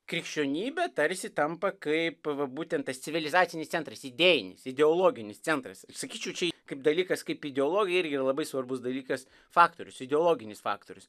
krikščionybė tarsi tampa kaip būtent tas civilizacinis centras idėjinis ideologinis centras sakyčiau čia kaip dalykas kaip ideologija irgi labai svarbus dalykas faktorius ideologinis faktorius